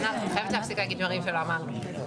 ענת, את חייבת להפסיק להגיד דברים שלא אמרתי.